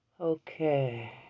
Okay